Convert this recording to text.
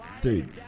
Dude